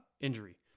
injury